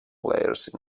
layers